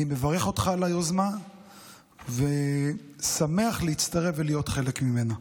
אני מברך אותך על היוזמה ושמח להצטרף ולהיות חלק ממנה.